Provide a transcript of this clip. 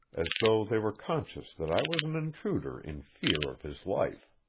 as though they were conscious that i was an intruder in fear of his life.